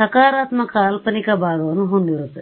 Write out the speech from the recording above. ಸಕಾರಾತ್ಮಕ ಕಾಲ್ಪನಿಕ ಭಾಗವನ್ನು ಹೊಂದಿರುತ್ತದೆ